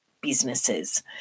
businesses